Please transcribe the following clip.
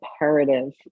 imperative